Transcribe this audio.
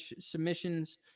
submissions